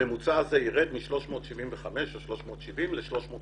הממוצע הזה ירד מ-375 או 370 ל-350.